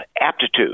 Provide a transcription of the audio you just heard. aptitude –